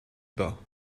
bas